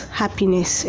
happiness